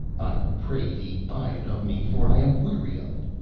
i pray thee buy it of me, for i am weary of it.